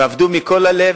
ועבדו מכל הלב,